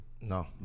No